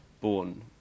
born